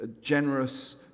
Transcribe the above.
generous